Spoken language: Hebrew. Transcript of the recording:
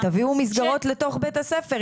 תביאו מסגרות לתוך בית הספר.